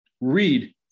Read